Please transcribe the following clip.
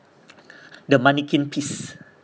the mannequin piece